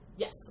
Yes